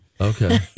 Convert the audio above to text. Okay